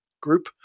group